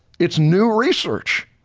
its new research,